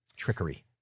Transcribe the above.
trickery